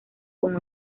con